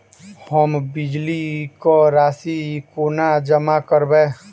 हम बिजली कऽ राशि कोना जमा करबै?